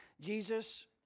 Jesus